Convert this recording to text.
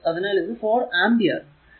അതിനാൽ ഇത് 4 ampere sorry